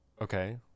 Okay